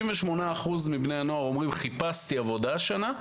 68% מבני הנוער אומרים: חיפשתי עבודה השנה,